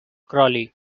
crawley